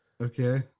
Okay